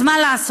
אז מה לעשות?